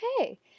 okay